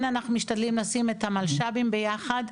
אנחנו משתדלים לשים את המלש"בים ביחד.